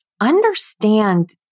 understand